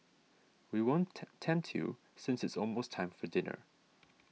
we won't tempt you since it's almost time for dinner